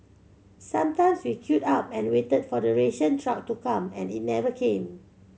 sometimes we queued up and waited for the ration truck to come and it never came